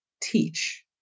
teach